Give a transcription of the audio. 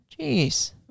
Jeez